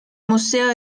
museo